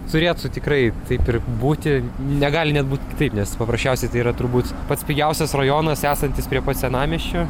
turėtų tikrai taip ir būti negali net būti kitaip nes paprasčiausiai tai yra turbūt pats pigiausias rajonas esantis prie pat senamiesčio